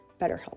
BetterHelp